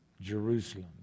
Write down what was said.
Jerusalem